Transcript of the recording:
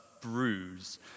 bruise